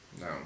No